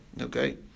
Okay